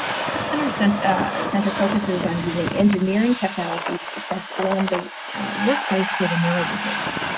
center center center focuses on using engineering technologies to transform the workplace for the neuro-diverse.